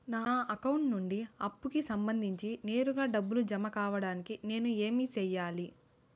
నా అకౌంట్ నుండి అప్పుకి సంబంధించి నేరుగా డబ్బులు జామ కావడానికి నేను ఏమి సెయ్యాలి?